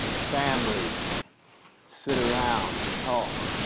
families sit around and talk,